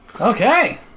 okay